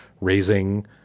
raising